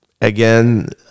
again